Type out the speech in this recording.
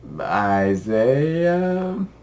Isaiah